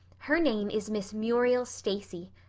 her name is miss muriel stacy.